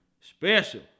Special